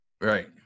Right